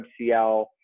MCL